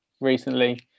recently